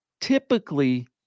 typically